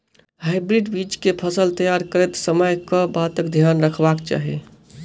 Hybrid बीज केँ फसल तैयार करैत समय कऽ बातक ध्यान रखबाक चाहि?